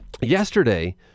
Yesterday